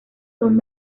son